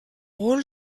rôle